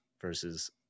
versus